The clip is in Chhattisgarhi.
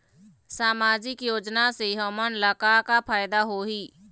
सामाजिक योजना से हमन ला का का फायदा होही?